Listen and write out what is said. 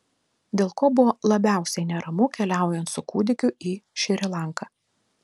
dėl ko buvo labiausiai neramu keliaujant su kūdikiu į šri lanką